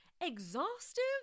Exhaustive